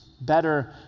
better